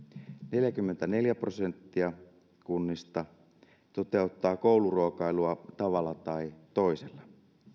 neljäkymmentäneljä prosenttia kunnista toteuttaa kouluruokailua tavalla tai toisella